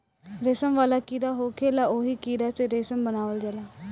रेशम वाला कीड़ा होखेला ओही कीड़ा से रेशम बनावल जाला